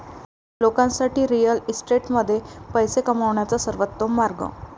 लोकांसाठी रिअल इस्टेटमध्ये पैसे कमवण्याचा सर्वोत्तम मार्ग